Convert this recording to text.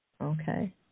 Okay